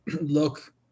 look